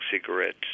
cigarettes